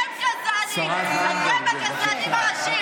השרה זנדברג,